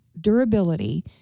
durability